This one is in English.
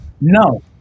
no